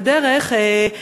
בדרך,